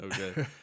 Okay